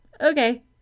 Okay